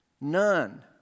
none